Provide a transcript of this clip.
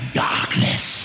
darkness